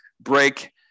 break